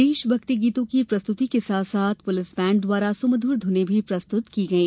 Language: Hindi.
देशभक्ति गीतों की प्रस्तुति के साथ साथ पुलिस बैंड द्वारा सुमधुर धूने भी प्रस्तुत की गई